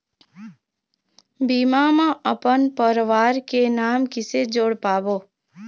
बीमा म अपन परवार के नाम किसे जोड़ पाबो?